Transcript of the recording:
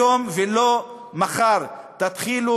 היום ולא מחר תתחילו,